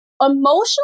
emotional